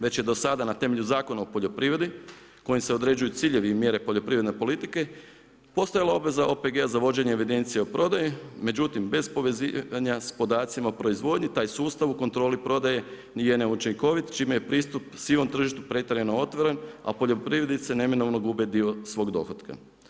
Već je do sada na temelju Zakona o poljoprivredi, kojim se određuju ciljevi i mjere poljoprivredne politike, postojala obveza OPG za vođenje evidencije o prodaji, međutim, bez povezivanja podacima o proizvodnji, taj sustav u kontroli prodaje je neučinkovit, čime je pristup sivom tržištu pretjerano otvoren, a poljoprivrednici neminovno gube dio svog dohotka.